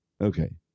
okay